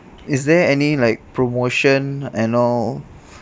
is there any like promotion and all